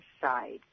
side